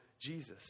Jesus